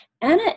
Anna